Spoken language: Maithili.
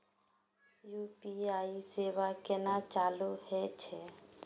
यू.पी.आई सेवा केना चालू है छै?